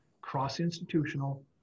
cross-institutional